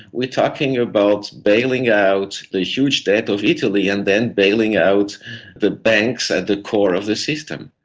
we're talking about bailing out the huge debt of italy and then bailing out the banks at the core of the system.